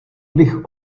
bych